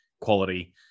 quality